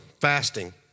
fasting